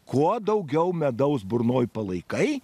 kuo daugiau medaus burnoj palaikai